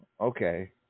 okay